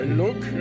look